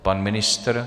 Pan ministr?